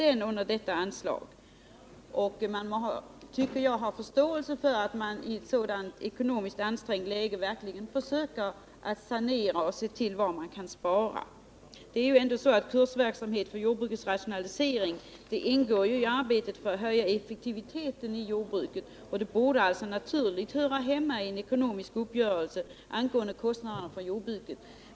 Jag tycker att man bör ha förståelse för att man i det ekonomiskt ansträngda läget verkligen försöker sanera och se efter var man kan spara. Kursverksamheten beträffande jordbrukets rationalisering ingår ändå i arbetet för att höja effektiviteten inom jordbruket, och den frågan borde naturligen höra hemma i en ekonomisk uppgörelse angående kostnaderna för jordbruket.